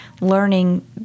learning